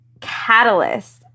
catalyst